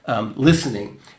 listening